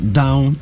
down